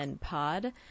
pod